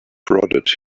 prodded